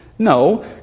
No